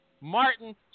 Martin